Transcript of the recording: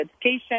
education